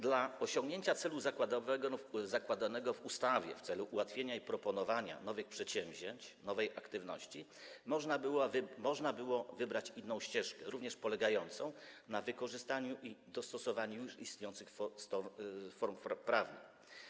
Dla osiągnięcia celu zakładanego w ustawie, ułatwienia i proponowania nowych przedsięwzięć, nowej aktywności, można było wybrać inną ścieżkę, również polegającą na wykorzystaniu i dostosowaniu już istniejących form prawnych.